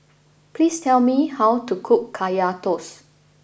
please tell me how to cook Kaya Toast